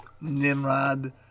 nimrod